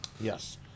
Yes